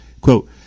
Quote